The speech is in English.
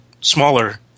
smaller